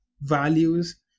values